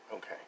Okay